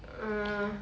mm